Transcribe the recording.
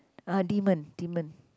ah demon demon